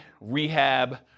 rehab